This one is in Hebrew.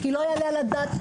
כי זה לא יעלה על הדעת.